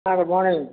ah good morning